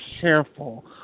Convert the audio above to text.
careful